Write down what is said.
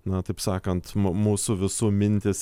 na taip sakant mu mūsų visų mintys